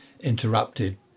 interrupted